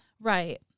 Right